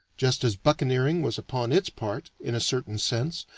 just as buccaneering was upon its part, in a certain sense,